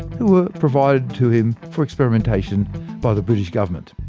who were provided to him for experimentation by the british government.